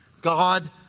God